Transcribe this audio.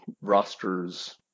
rosters